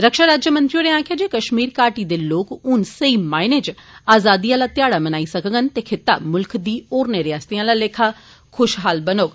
रक्षा राज्य मंत्री होरें आक्खेआ जे कश्मीर घाटी दे लोक हुन सेई मायने इच आज़ादी आला ध्याड़ा मनाई सकंडन ते खित्ता मुल्ख दी होरनें रियासतें आला लेखा खुशहाल बनौग